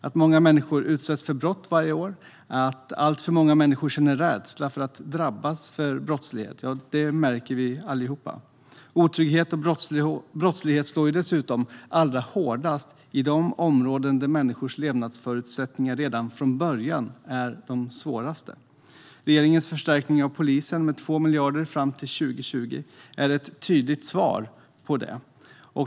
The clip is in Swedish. Att många människor utsätts för brott varje år, och alltför många människor känner rädsla för att drabbas av brottslighet, märker vi allihop. Otrygghet och brottslighet slår dessutom allra hårdast i de områden där människors levnadsförutsättningar redan från början är de svåraste. Regeringens förstärkning av polisen med 2 miljarder fram till 2020 är ett tydligt svar på det.